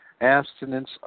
abstinence